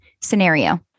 scenario